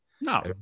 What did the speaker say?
No